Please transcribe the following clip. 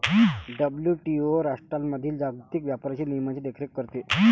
WTO राष्ट्रांमधील जागतिक व्यापार नियमांची देखरेख करते